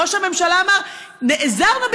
ראש הממשלה אמר: נעזרנו בהיסטוריונית.